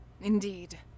Indeed